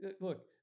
look